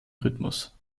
rhythmus